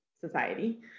society